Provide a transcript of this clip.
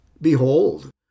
Behold